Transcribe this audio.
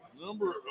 Number